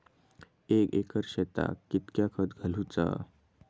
एक एकर शेताक कीतक्या खत घालूचा?